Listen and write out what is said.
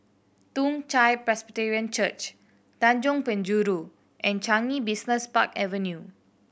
Toong Chai Presbyterian Church Tanjong Penjuru and Changi Business Park Avenue